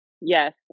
Yes